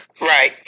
right